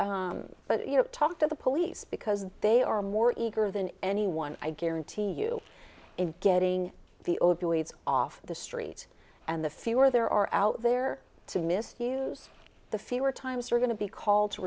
pharmacy but you know talk to the police because they are more eager than anyone i guarantee you in getting the opioids off the streets and the fewer there are out there to misuse the fewer times you're going to be called to